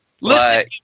Listen